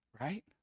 right